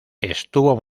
estuvo